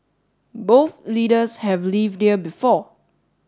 both leaders have lived here before